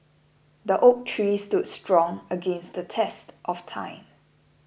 the oak tree stood strong against the test of time